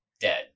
Dead